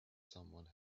someone